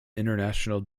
international